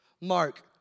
Mark